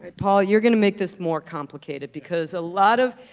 paul, you're gonna make this more complicated because a lot of,